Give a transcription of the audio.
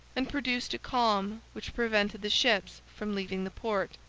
and produced a calm which prevented the ships from leaving the port.